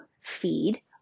feed